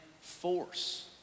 force